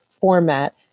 format